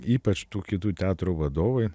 ypač tų kitų teatrų vadovai